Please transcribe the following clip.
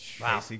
Wow